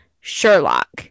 sherlock